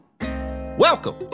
Welcome